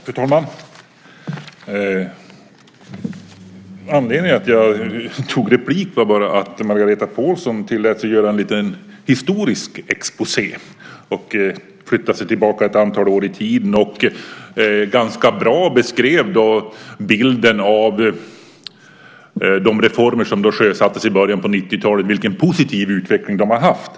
Fru talman! Anledningen till att jag begärde replik var att Margareta Pålsson tillät sig att göra en liten historisk exposé och förflyttade sig ett antal år tillbaka i tiden. Hon gav en ganska bra bild av de reformer som sjösattes i början av 1990-talet och den positiva utveckling de har haft.